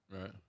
Right